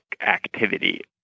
activity